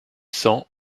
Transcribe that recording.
cents